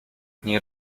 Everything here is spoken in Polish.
nie